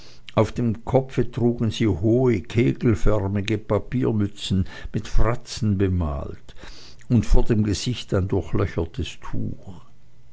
auf dem kopfe trugen sie hohe kegelförmige papiermützen mit fratzen bemalt und vor dem gesicht ein durchlöchertes tuch